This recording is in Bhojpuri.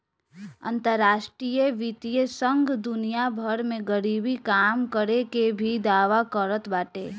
अंतरराष्ट्रीय वित्तीय संघ दुनिया भर में गरीबी कम करे के भी दावा करत बाटे